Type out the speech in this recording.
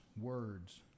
words